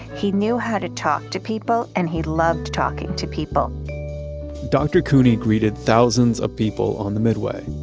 he knew how to talk to people, and he loved talking to people dr. couney greeted thousands of people on the midway.